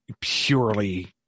purely